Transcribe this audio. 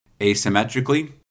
asymmetrically